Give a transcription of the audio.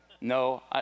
No